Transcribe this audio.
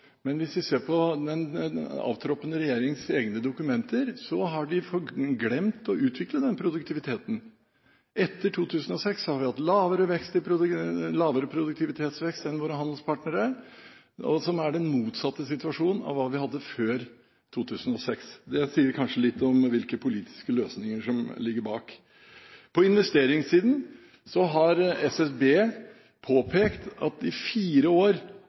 Men hvis vi ser på den avtroppende regjerings egne dokumenter, har den glemt å utvikle den produktiviteten. Etter 2006 har vi hatt lavere produktivitetsvekst enn våre handelspartnere, som er den motsatte situasjonen av hva vi hadde før 2006. Det sier kanskje litt om hvilke politiske løsninger som ligger bak. På investeringssiden har SSB påpekt at i fire år